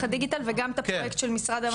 הדיגיטל וגם את הפרויקט של משרד המדע?